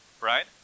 right